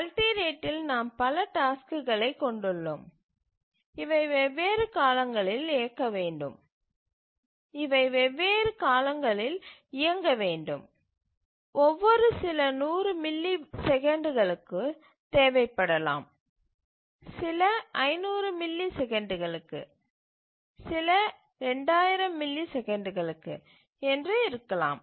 multi ரேட்டில் நாம் பல டாஸ்க்குகளை கொண்டுள்ளோம் இவை வெவ்வேறு காலங்களில் இயங்கவேண்டும் ஒவ்வொரு சில 100 மில்லி செகண்டுகளுக்கு தேவைப்படலாம் சில 500 மில்லி செகண்டுகளுக்கு சில 2000 மில்லி செகண்டுகளுக்கு என்று இருக்கலாம்